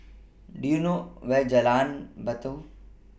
Do YOU know Where Jalan Batu